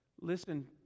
Listen